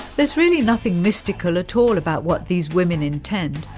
there's really nothing mystical at all about what these women intend,